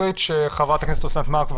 חברת הכנסת אוסנת מארק.